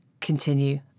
continue